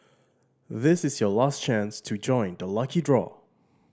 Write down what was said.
this is your last chance to join the lucky draw